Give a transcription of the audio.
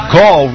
Call